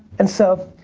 and so,